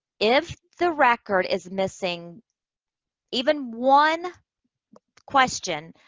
if the record is missing even one question,